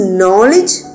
knowledge